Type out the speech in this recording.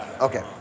Okay